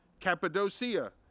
Cappadocia